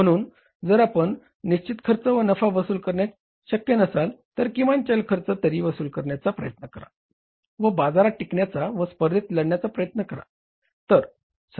म्हणून जर आपण निश्चित खर्च व नफा वसूल करू शकत नसाल तर किमान चल खर्च तरी वसूल करण्याचा प्रयत्न करा व बाजारात टिकण्याचा व स्पर्धेविरुद्ध लढण्याचा प्रयत्न करा